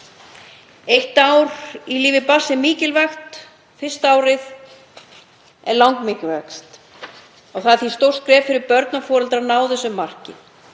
Eitt ár í lífi barns er mikilvægt og fyrsta árið er langmikilvægast. Það er því stórt skref fyrir börn og foreldra að ná þessu marki.